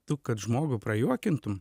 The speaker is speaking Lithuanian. tu kad žmogų prajuokintum